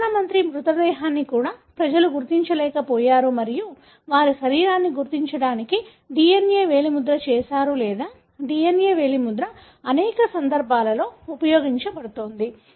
ప్రధాన మంత్రి మృతదేహాన్ని కూడా ప్రజలు గుర్తించలేకపోయారు మరియు వారు శరీరాన్ని గుర్తించడానికి DNA వేలిముద్ర చేశారు లేదా DNA వేలిముద్ర అనేక సందర్భాలలో ఉపయోగించబడుతోంది